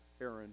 Aaron